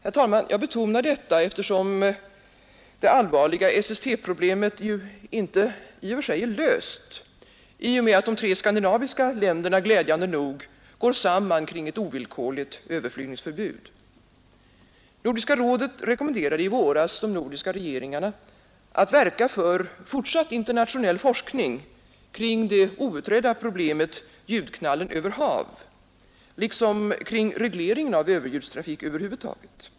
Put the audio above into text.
Jag betonar detta, herr talman, eftersom det allvarliga SST-problemet ju inte i och för sig är löst i och med att tre skandinaviska länder, glädjande nog, går samman kring ett ovillkorligt överflygningsförbud. Nordiska rådet rekommenderade i våras de nordiska regeringarna att verka för fortsatt internationell forskning kring det outredda problemet ljudknallen över hav liksom kring regleringen av överljudstrafik över huvud taget.